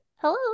hello